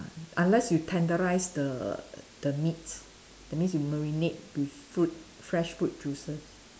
unless you tenderise the the meat that means you marinate with fruit fresh fruit juices